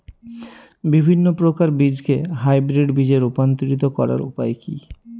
বিভিন্ন প্রকার বীজকে হাইব্রিড বীজ এ রূপান্তরিত করার উপায় কি?